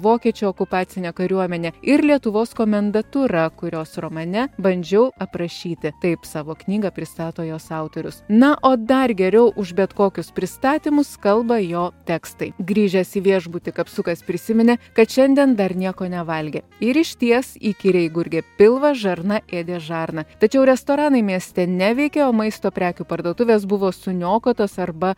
vokiečių okupacinė kariuomenė ir lietuvos komendantūra kurios romane bandžiau aprašyti taip savo knygą pristato jos autorius na o dar geriau už bet kokius pristatymus kalba jo tekstai grįžęs į viešbutį kapsukas prisiminė kad šiandien dar nieko nevalgė ir išties įkyriai gurgė pilvas žarna ėdė žarną tačiau restoranai mieste neveikė o maisto prekių parduotuvės buvo suniokotos arba